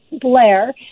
Blair